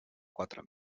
quatre